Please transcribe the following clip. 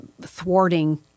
thwarting